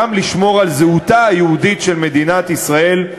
גם לשמור על זהותה היהודית של מדינת ישראל,